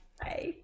Bye